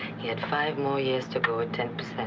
he had five more years to go at ten.